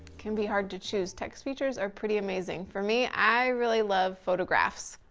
can be hard to choose text features are pretty amazing. for me, i really love photographs.